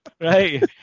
right